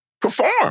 perform